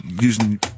using